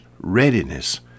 readiness